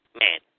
man